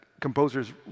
composers